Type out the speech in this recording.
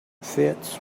fits